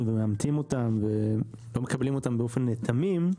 ומאמתים אותם ולא מקבלים אותם באופן תמים,